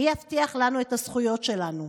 מי יבטיח לנו את הזכויות שלנו?